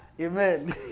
Amen